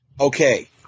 okay